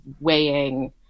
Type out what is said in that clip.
weighing